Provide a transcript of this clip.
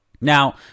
Now